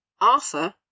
Arthur